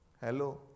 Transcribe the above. Hello